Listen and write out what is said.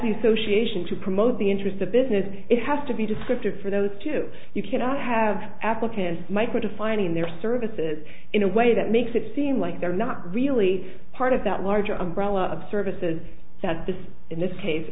the association to promote the interests of business it has to be descriptive for those two you cannot have applicants micro defining their services in a way that makes it seem like they're not really part of that larger umbrella of services that this in this case the